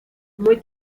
muy